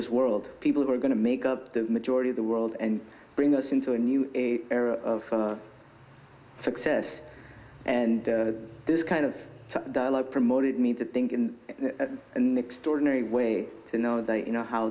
this world people who are going to make up the majority of the world and bring us into a new era of success and this kind of dialogue promoted me to think in an extraordinary way to know that you know how